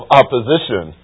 opposition